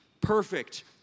perfect